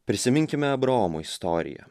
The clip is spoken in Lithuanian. prisiminkime abraomo istoriją